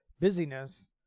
busyness